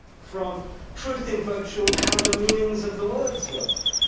from truth in virtue of how the meanings of the worlds work,